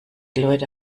leute